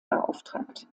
beauftragt